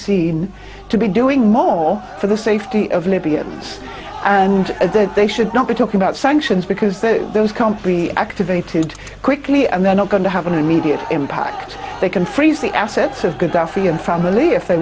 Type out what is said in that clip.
seen to be doing more for the safety of libya and they should not be talking about sanctions because those can't be activated quickly and they're not going to have an immediate impact they can freeze the assets of